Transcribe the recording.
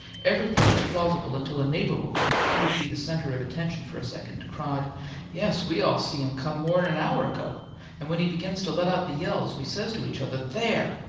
everything was plausible until a neighbour woman, eager to be the centre of attention for a second, cried yes, we all see him come more'n an hour ago and when he begin to let out the yells we says to each other, there!